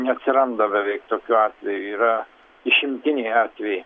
neatsiranda beveik tokių atvejų yra išimtiniai atvejai